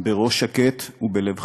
בראש שקט ובלב חפץ.